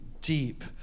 deep